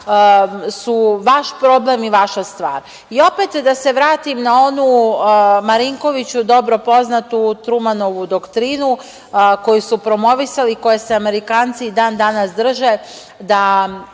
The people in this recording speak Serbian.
su vaš problem i vaša stvar. Opet, da se vratim na onu Marinkoviću poznatu Trumanovu doktrinu koju su promovisali i koje se Amerikanci i dan danas drže, da